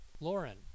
Lauren